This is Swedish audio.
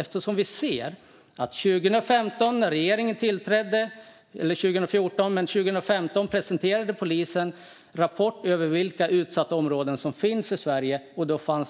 Vi ser ju att polisen 2015, efter att regeringen tillträtt 2014, presenterade en rapport över de utsatta områden som fanns i Sverige.